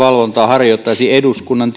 harjoittaisi eduskunnan